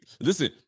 listen